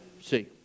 see